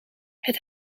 het